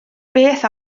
beth